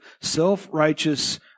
self-righteous